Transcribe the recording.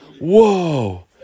Whoa